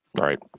Right